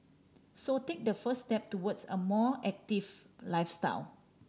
so take the first step towards a more active lifestyle